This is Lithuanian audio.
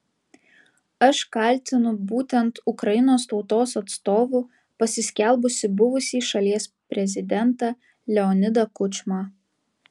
aš kaltinu būtent ukrainos tautos atstovu pasiskelbusį buvusį šalies prezidentą leonidą kučmą